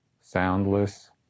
soundless